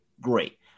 great